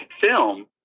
film